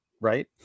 right